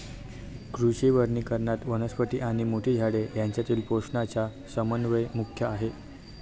कृषी वनीकरणात, वनस्पती आणि मोठी झाडे यांच्यातील पोषणाचा समन्वय मुख्य आहे